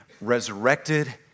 resurrected